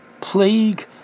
plague